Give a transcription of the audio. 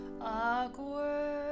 Awkward